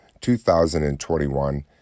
2021